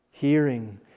hearing